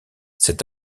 cet